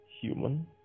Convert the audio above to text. Human